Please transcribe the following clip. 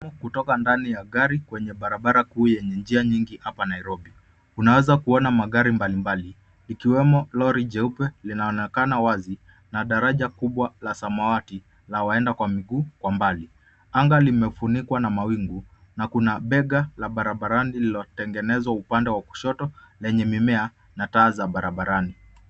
Kutoka ndani ya gari kwenye barabara nyingi hapa Nairobi unaanza kuona magari mbalimbali ikiwemo Lori jeupe linaonekana wazi na daraja kubwa la samawati la waenda kwa miguu kwa mbali. Anga kimefunikwa na mawingu na kuna bega la barabarani lililotengenezwa upande wa kushoto lina mimea na taa za barabarani.